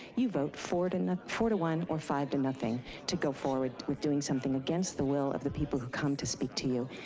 you vote four to and ah four to one or five to nothing to go forward with doing something against the will of the people who come to speak to you.